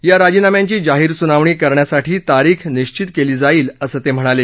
या राजिनाम्यांची जाहीर सुनावणी करण्यासाठी तारीख निश्वित केली जाईल असं ते म्हणाले